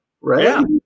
right